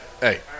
Hey